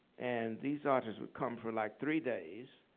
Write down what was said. and these artists would come for like three days.